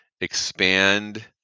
expand